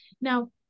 Now